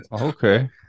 Okay